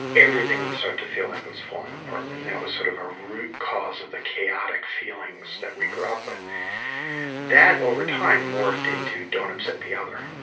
everything would start to feel like it was falling apart. and that was sort of a root cause of the chaotic feelings that we grew up with that, over time, morphed into, don't upset the other.